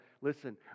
listen